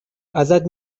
ازت